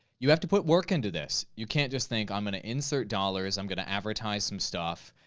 you have to put work into this. you can't just think, i'm gonna insert dollars, i'm gonna advertise some stuff.